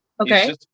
Okay